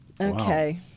Okay